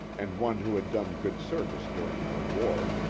and one who had done good service during our war,